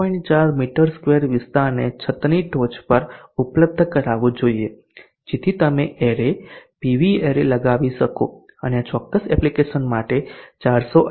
4 metre square વિસ્તારને છતની ટોચ પર ઉપલબ્ધ કરાવવો જોઈએ જેથી તમે એરે પીવી એરે લગાવી શકો અને આ ચોક્કસ એપ્લિકેશન માટે ૪૧8